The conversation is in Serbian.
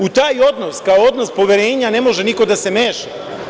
U taj odnos kao odnos poverenja ne može niko da se meša.